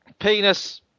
penis